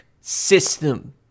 system